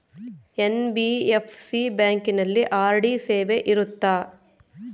NBFC ಬ್ಯಾಂಕಿನಲ್ಲಿ RD ಸೇವೆ ಇರುತ್ತಾ?